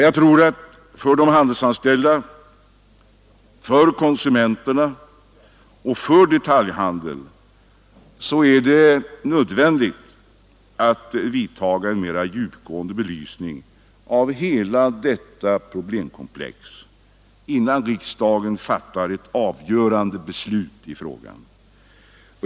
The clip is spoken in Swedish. Jag tror att det för de handelsanställda, för konsumenterna och för detaljhandeln är nödvändigt att det görs en djupgående belysning av hela detta problemkomplex innan riksdagen fattar ett avgörande beslut i frågan.